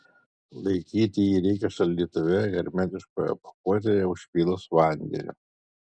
laikyti jį reikia šaldytuve hermetiškoje pakuotėje užpylus vandeniu